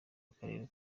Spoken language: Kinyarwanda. akarere